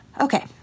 Okay